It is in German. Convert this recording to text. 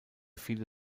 viele